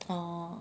orh